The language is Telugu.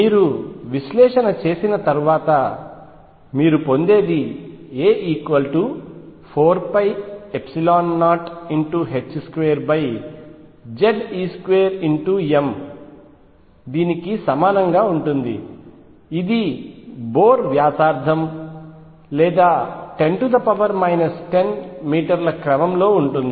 మీరు విశ్లేషణ చేసిన తర్వాత మీరు పొందేది a 4π02Ze2m కి సమానంగా ఉంటుంది ఇది బోర్ వ్యాసార్థం లేదా 10 10 మీటర్ల క్రమం లో ఉంటుంది